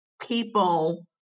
people